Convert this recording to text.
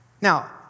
Now